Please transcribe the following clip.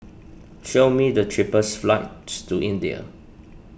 show me the cheapest flights to India